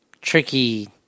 tricky